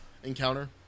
encounter